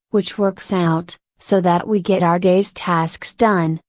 which works out, so that we get our day's tasks done,